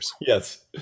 Yes